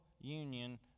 union